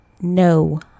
no